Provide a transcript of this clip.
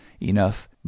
enough